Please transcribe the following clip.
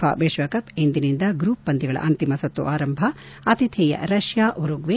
FIFA ವಿಶ್ಲಕಪ್ ಇಂದಿನಿಂದ group ಪಂದ್ಯಗಳ ಅಂತಿಮ ಸುತ್ತು ಆರಂಭ ಅತೀಥೇಯ ರಷ್ಯಾ ಉರುಗ್ಡೆ